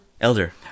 Elder